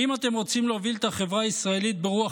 האם אתם רוצים להוביל את החברה הישראלית ברוח